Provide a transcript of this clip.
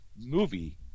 movie